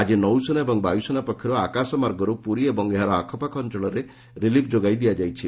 ଆକି ନୌସେନା ଏବଂ ବାୟୁସେନା ପକ୍ଷରୁ ଆକାଶମାର୍ଗରୁ ପୁରୀ ଓ ଏହାର ଆଖପାଖ ଅଞ୍ଚଳରେ ରିଲିଫ୍ ଯୋଗାଇ ଦିଆଯାଇଛି